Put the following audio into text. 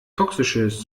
toxisches